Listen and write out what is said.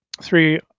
three